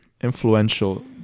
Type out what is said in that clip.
Influential